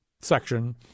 section